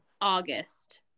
august